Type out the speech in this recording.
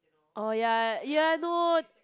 oh ya you are not